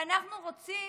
ואנחנו רוצים